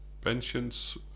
Pensions